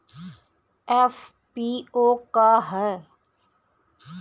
FPO का ह?